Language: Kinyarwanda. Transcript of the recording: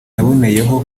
yaboneyeho